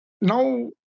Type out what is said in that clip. now